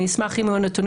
אני אשמח אם יהיו נתונים,